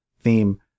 theme